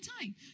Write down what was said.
time